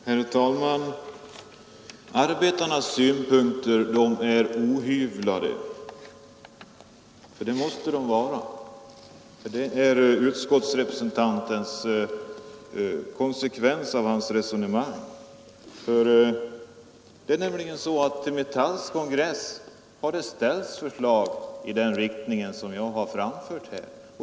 Herr talman! Arbetarnas synpunkter är ohyvlade — för det måste de vara. Det är konsekvensen av utskottsrepresentantens resonemang. Till Metalls kongress har det ställts förslag i den riktning som jag har redovisat här.